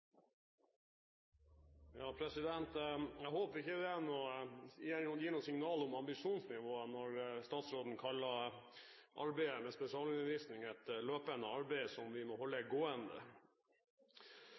Jeg håper ikke det gir noe signal om ambisjonsnivået når statsråden kaller arbeidet med spesialundervisning et «løpende» arbeid som vi må holde